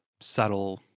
subtle